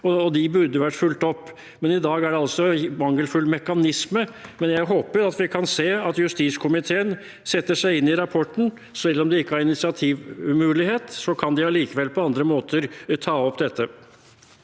de burde vært fulgt opp. Men i dag er det altså en mangelfull mekanisme. Jeg håper at vi kan se at justiskomiteen setter seg inn i rapporten. Selv om de ikke har initiativmulighet, kan de allikevel på andre måter ta opp dette.